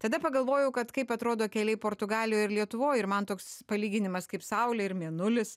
tada pagalvojau kad kaip atrodo keliai portugalijoj ir lietuvoj ir man toks palyginimas kaip saulė ir mėnulis